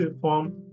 form